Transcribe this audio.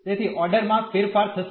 તેથી ઓર્ડર માં ફેરફાર થશે